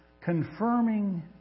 confirming